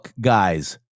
guys